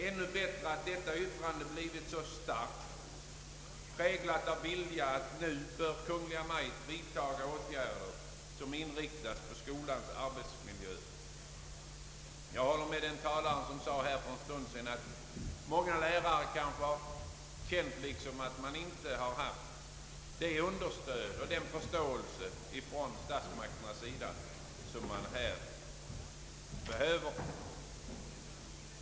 Ännu bättre är att detta ultåtande har blivit så starkt präglat av önskan att Kungl. Maj:t bör vidtaga åtgärder som inriktas på skolans arbetsmiljö. Jag håller med den talare som för en stund sedan sade att många lärare har känt att de inte har haft det stöd och den förståelse från statsmakternas sida som de behöver.